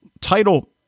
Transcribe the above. title